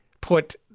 put